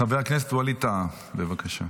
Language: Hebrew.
חבר הכנסת ווליד טאהא, בבקשה.